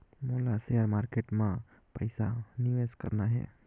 मोला share market मां पइसा निवेश करना हे?